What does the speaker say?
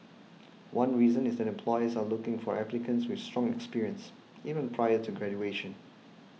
one reason is that employers are looking for applicants with strong experience even prior to graduation